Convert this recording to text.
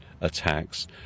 attacks